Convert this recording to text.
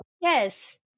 Yes